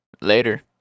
Later